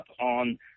on